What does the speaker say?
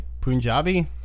Punjabi